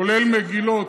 כולל מגילות,